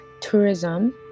tourism